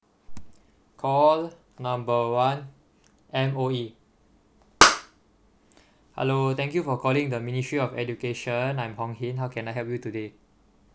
call number one M_O_E hello thank you for calling the ministry of education I'm hong hin how can I help you today